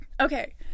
Okay